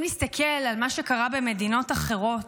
אם נסתכל על מה שקרה במדינות אחרות,